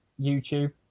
YouTube